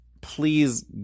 please